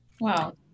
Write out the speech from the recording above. Wow